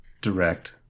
direct